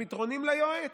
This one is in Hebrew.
הפתרונים ליועץ.